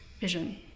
vision